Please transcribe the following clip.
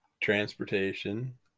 transportation